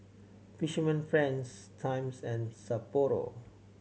Fisherman Friends Times and Sapporo